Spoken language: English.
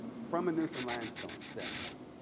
from a newfoundland stand stand point.